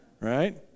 right